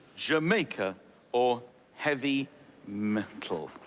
jamaica or heavy metal?